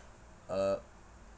uh